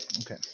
okay